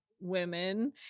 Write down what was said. women